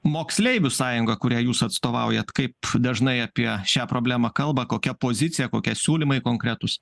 moksleivių sąjunga kuriai jūs atstovaujat kaip dažnai apie šią problemą kalba kokia pozicija kokie siūlymai konkretūs